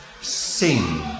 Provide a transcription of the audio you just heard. Sing